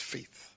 Faith